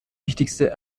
wichtigste